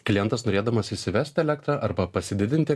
klientas norėdamas įsivest elektrą arba pasididinti